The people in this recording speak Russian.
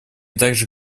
также